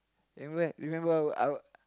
remember remember our our